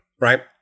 right